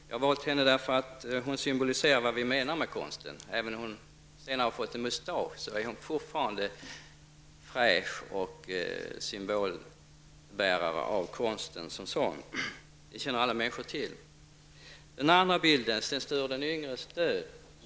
Jag har valt henne därför att hon symboliserar vad vi menar med konst -- även om hon senare fått en mustasch, är hon fortfarande fräsch och en symbolbärare av konsten som sådan. Det känner alla människor till. Den andra bilden visar Sten Sture den yngres död.